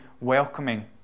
welcoming